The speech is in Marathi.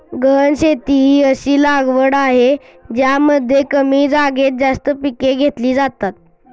गहन शेती ही अशी लागवड आहे ज्यामध्ये कमी जागेत जास्त पिके घेतली जातात